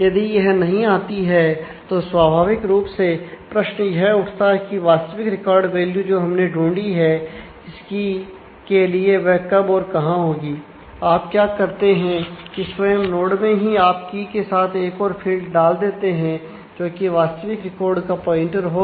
यदि यह नहीं आती है तो स्वाभाविक रूप से प्रश्न यह उठता है कि वास्तविक रिकॉर्ड वैल्यू के साथ एक और फील्ड डाल देते हैं जो कि वास्तविक रिकॉर्ड का प्वाइंटर होगा